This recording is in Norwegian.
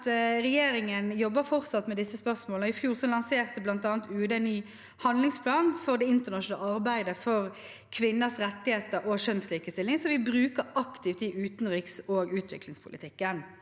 Regjeringen jobber fortsatt med disse spørsmålene. I fjor lanserte UD en ny handlingsplan for det internasjonale arbeidet for kvinners rettigheter og kjønnslikestilling, som vi bruker aktivt i utenriks- og utviklingspolitikken.